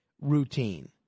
routine